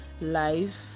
life